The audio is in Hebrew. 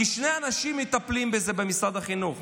כי שני אנשים מטפלים בזה במשרד החינוך.